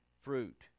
fruit